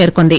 పేర్కొంది